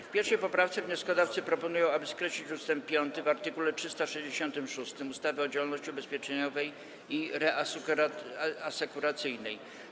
W 1. poprawce wnioskodawcy proponują, aby skreślić ust. 5 w art. 366 ustawy o działalności ubezpieczeniowej i reasekuracyjnej.